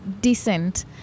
decent